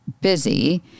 busy